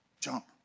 jump